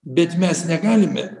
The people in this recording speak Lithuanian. bet mes negalime